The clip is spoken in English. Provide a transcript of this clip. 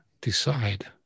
decide